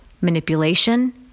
manipulation